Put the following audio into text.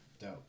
dope